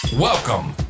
Welcome